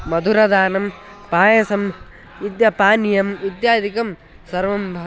मधुरदानं पायसं इत्तादिपानीयम् इत्यादिकं सर्वं भ